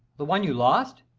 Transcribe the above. the one you lost?